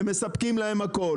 הם מספקים להם הכול,